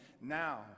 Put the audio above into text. now